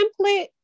template